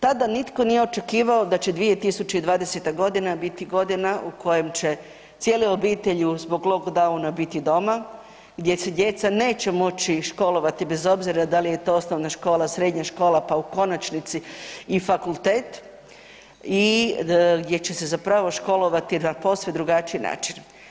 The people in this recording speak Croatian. Tada nitko očekivao da će 2020. g. biti godina u kojem će cijele obitelji zbog lockdowna biti doma, gdje se djeca neće moći školovati, bez obzira da li je to osnovna škola, srednja škola, pa u konačnici i fakultet i gdje će se zapravo školovati na posve drugačiji način.